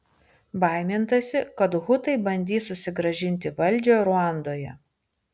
baimintasi kad hutai bandys susigrąžinti valdžią ruandoje